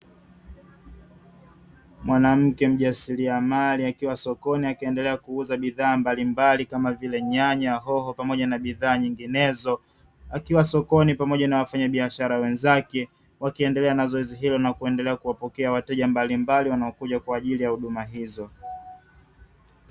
Mwanamke mjasiriamali akiwa sokoni akiendelea kuuza bidhaa mbalimbali kama vile nyanya, hoho pamoja na bidhaa nyinginezo, akiwa sokoni pamoja na wafanyabiashara wenzake, wakiendelea na zoezi hilo na kuendelea kuwapokea wateja mbalimbali wanaokuja kwa ajili ya huduma hizo.